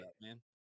man